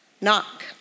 knock